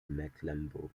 mecklembourg